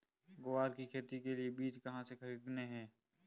ग्वार की खेती के लिए बीज कहाँ से खरीदने हैं?